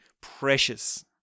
precious